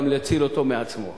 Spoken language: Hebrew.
גם להציל אותו מעצמו.